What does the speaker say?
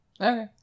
Okay